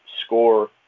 score